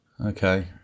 Okay